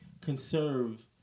conserve